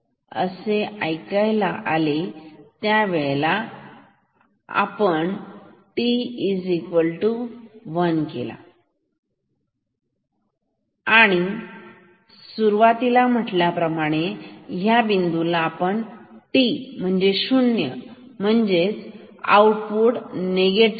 तर आपण आता अशा समजुतीने सुरुवात करूया सुरुवातीला असे म्हटले आहे की या बिंदूला जेव्हा टी हे शून्य आहे म्हणजे आपले आउटपुट निगेटिव आहे